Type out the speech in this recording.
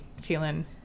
feeling